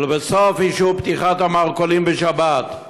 ולבסוף, אישור פתיחת המרכולים בשבת.